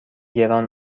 گران